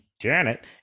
Janet